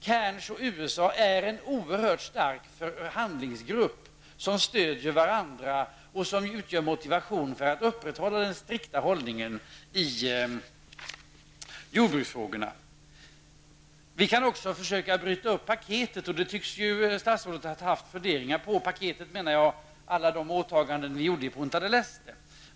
Cairns-gruppen och USA är ju oerhört starka förhandlingsparter som stöder varandra och som utgör en motivation när det gäller att upprätthålla en strikt hållning i jordbruksfrågorna. Men vi kan också försöka -- och där tycks statsrådet också ha haft vissa funderingar -- bryta upp det paket med olika åtaganden som vi fastställde i Punta del Este.